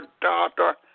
daughter